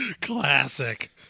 Classic